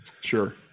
sure